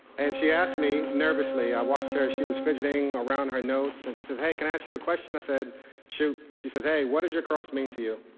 and she asked me nervously i watched her as she was fidgeting around her notes and she says, hey can i ask you a question? i said shoot. she says, hey, what does your cross mean to you?